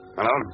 Hello